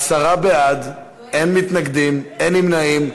עשרה בעד, אין מתנגדים, אין נמנעים.